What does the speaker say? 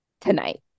tonight